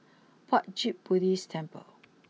Puat Jit Buddhist Temple